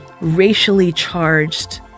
racially-charged